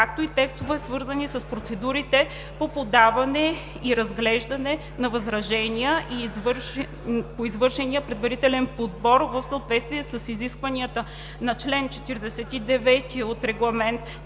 както и текстовете, свързани с процедурата по подаване и разглеждане на възражения по извършения предварителен подбор, в съответствие с изискванията на: - чл. 49 от Регламент